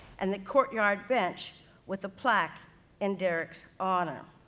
and the courtyard bench with a plaque in derrick's honor.